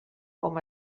com